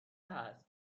هست